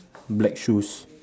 black shoes